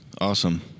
Awesome